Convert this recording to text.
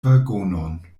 vagonon